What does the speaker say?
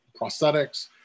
prosthetics